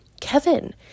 Kevin